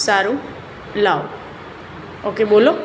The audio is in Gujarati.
સારું લાવો ઓકે બોલો